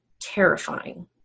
terrifying